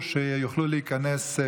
שיוכלו להיכנס,